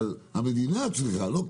המדינה צריכה, לא קרן,